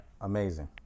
amazing